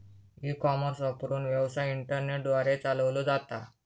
E commerce वापरून, व्यवसाय internet द्वारे चालवलो जाता